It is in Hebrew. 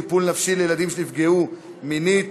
טיפול נפשי לילדים שנפגעו מינית),